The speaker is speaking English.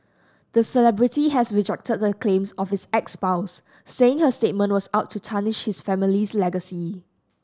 the celebrity has rejected the claims of his ex spouse saying her statement was out to tarnish his family's legacy